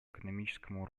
экономическому